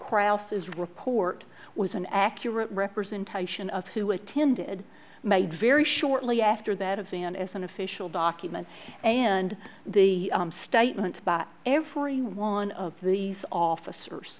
crouse is report was an accurate representation of who attended made very shortly after that a van as an official document and the statement that every one of these officers